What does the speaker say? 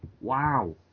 Wow